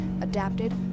adapted